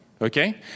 Okay